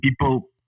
people